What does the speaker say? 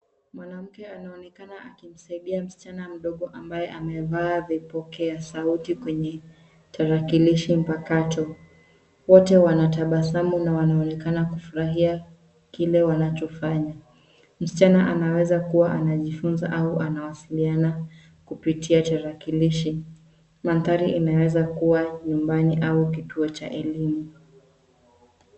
Mwanamke anaonekana akimsaidia msichana mdogo ambaye amevaa vipokea sauti kwenye tarakilishi mpakato. Wote wanatabasamu na wanaonekana kufurahia kile wanachofanya. Msichana anaweza kuwa anajifunza au anawasiliana kupitia tarakilishi. Mandhari inaweza kuwa nyumbani au kituo cha elimu.